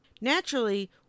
Naturally